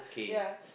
ya